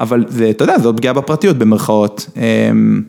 אבל אתה יודע, זו פגיעה בפרטיות, במירכאות.